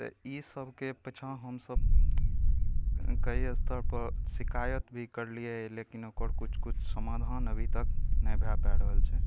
तऽ ई सबके पाछाा हमसब कइ स्तरपर शिकायत भी करलियै लेकिन ओकर किछु किछु समाधान अभी तक नहि भए पाबि रहल छै